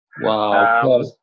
Wow